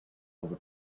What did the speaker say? over